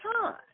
time